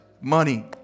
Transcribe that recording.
money